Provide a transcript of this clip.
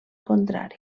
contrari